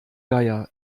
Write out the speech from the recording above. geier